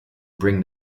bring